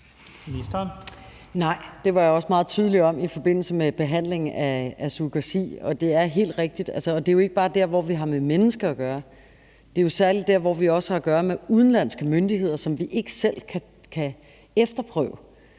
Nej, og det var jeg også meget tydelig om i forbindelse med behandlingen af det om surrogasi. Og det er jo helt rigtigt, at det jo ikke bare er der, hvor vi har med mennesker at gøre. Det er jo særligt der, hvor vi også har at gøre med udenlandske myndigheder, at vi ikke selv kan efterprøve